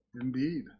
Indeed